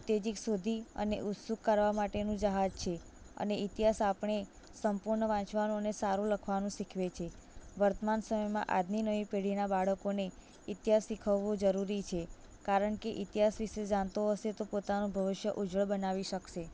ઉત્તેજિક સુધી અને ઉત્સુક કરવા માટેનું જહાજ છે અને ઇતિહાસ આપણે સંપૂર્ણ વાંચવાનું અને સારું લખવાનું શીખવે છે વર્તમાન સમયમાં આજની નવી પેઢીના બાળકોને ઇતિહાસ શીખવવો જરૂરી છે કારણ કે ઇતિહાસ વિશે જાણતો હશે તો પોતાનું ભવિષ્ય ઉજ્જવળ બનાવી શકશે